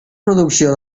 producció